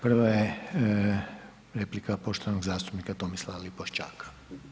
Prva je replika poštovanog zastupnika Tomislava Lipošćaka.